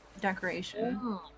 decoration